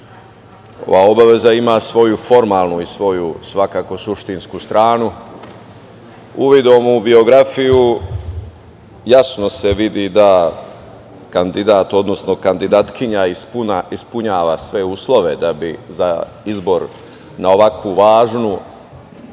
obaveza ima svoju formalnu i svoju svakako suštinsku stranu. Uvidom u biografiju jasno se vidi da kandidat, odnosno kandidatkinja ispunjava sve uslove da bi za izbor na ovako važnu